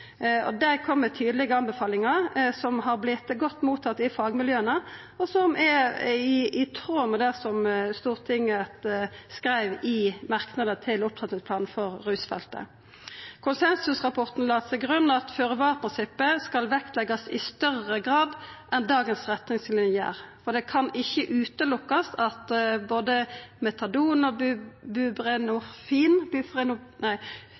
Dei kom med tydelege anbefalingar, som har vorte godt mottatt i fagmiljøa, og som er i tråd med det som Stortinget skreiv i merknader i innstillinga til Opptrappingsplanen for rusfeltet. Konsensusrapporten la til grunn at føre-var-prinsippet skal vektleggjast i større grad enn dagens retningslinjer, og ein kan ikkje sjå bort frå at både metadon og